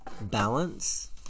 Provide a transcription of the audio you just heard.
balance